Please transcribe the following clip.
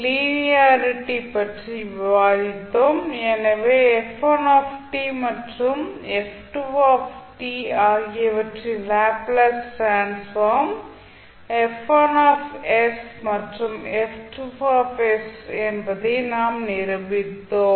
linearity பற்றி விவாதித்தோம் எனவே f1 மற்றும் f2 ஆகியவற்றின் லேப்ளேஸ் டிரான்ஸ்ஃபார்ம் F1 மற்றும் F2 என்பதை நாம் நிரூபித்தோம்